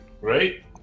right